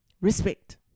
respect